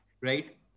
right